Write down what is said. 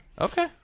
okay